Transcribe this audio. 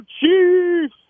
Cheese